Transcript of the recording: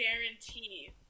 guarantee